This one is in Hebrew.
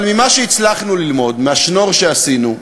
לא ללמוד, אבל ממה שהצלחנו ללמוד, מהשנור שעשינו,